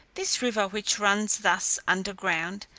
this river, which runs thus under ground,